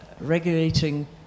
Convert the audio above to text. regulating